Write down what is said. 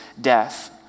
death